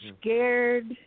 scared